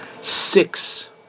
six